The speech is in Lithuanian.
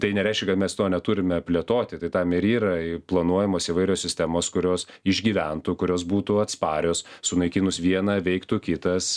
tai nereiškia mes to neturime plėtoti tai tam ir yra planuojamos įvairios sistemos kurios išgyventų kurios būtų atsparios sunaikinus vieną veiktų kitas